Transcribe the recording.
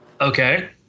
Okay